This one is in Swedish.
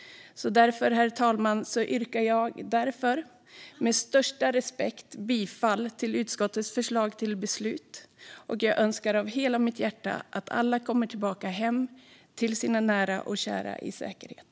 Därför, herr talman, yrkar jag med största respekt bifall till utskottets förslag till beslut. Jag önskar av hela mitt hjärta att alla kommer tillbaka hem till sina nära och kära i säkerhet.